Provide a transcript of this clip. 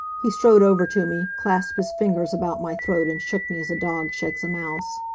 he strode over to me, clasped his fingers about my throat and shook me as a dog shakes a mouse.